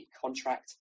contract